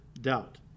doubt